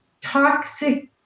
toxic